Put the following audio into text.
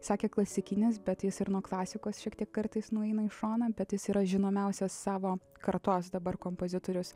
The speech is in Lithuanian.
sakė klasikinis bet jis ir nuo klasikos šiek tiek kartais nueina į šoną bet jis yra žinomiausias savo kartos dabar kompozitorius